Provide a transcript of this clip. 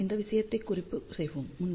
ஆனால் இந்த விஷயத்தை குறிப்பு செய்வோம்